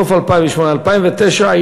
שנת 2009,